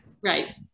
right